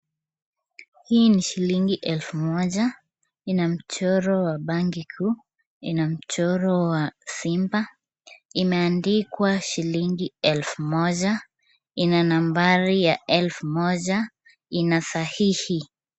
Hii ni shillingi elfu moja ina mchoro wa bank kuu, ina mchoro wa simba, imeandikwa shillingi elfu moja, ina nambari ya elfu moja, ina sahihi.